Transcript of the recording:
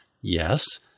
Yes